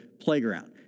playground